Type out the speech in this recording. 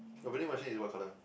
your vending machine is what color